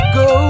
go